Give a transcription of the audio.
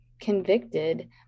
convicted